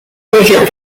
precios